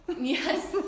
yes